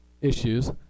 issues